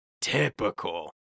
Typical